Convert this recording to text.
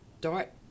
DART